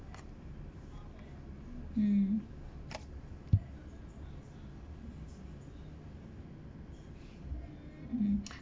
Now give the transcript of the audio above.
mm mm